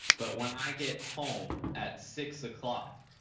but when i get home at six o'clock,